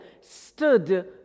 stood